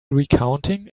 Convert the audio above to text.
recounting